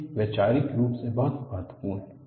यह वैचारिक रूप से बहुत महत्वपूर्ण है